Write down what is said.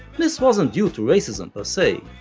this wasn't due to racism per se,